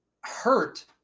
hurt